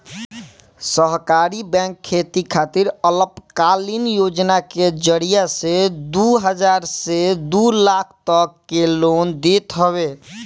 सहकारी बैंक खेती खातिर अल्पकालीन योजना के जरिया से दू हजार से दू लाख तक के लोन देत हवे